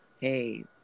hey